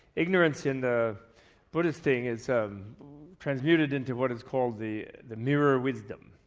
ignorance in the buddhist thing is um transmuted into what is called the the mirror wisdom,